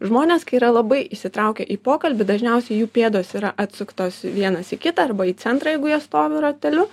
žmonės kai yra labai įsitraukę į pokalbį dažniausiai jų pėdos yra atsuktos vienas į kitą arba į centrą jeigu jie stovi rateliu